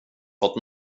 fått